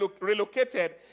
relocated